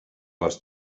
les